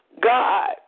God